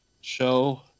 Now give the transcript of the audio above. show